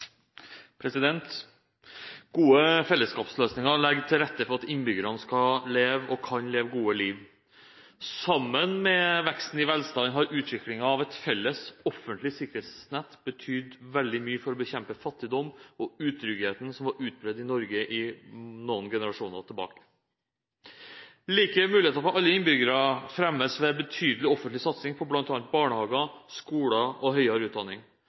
minutter. Gode fellesskapsløsninger legger til rette for at innbyggerne skal og kan leve et godt liv. Sammen med veksten i velstand har utviklingen av et felles offentlig sikkerhetsnett betydd veldig mye for å bekjempe fattigdom og utrygghet som var utbredt i Norge for noen generasjoner siden. Like muligheter for alle innbyggere fremmes ved betydelig offentlig satsing på bl.a. barnehager, skoler og høyere utdanning.